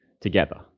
together